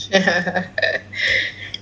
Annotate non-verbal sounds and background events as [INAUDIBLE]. [LAUGHS]